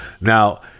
Now